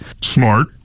Smart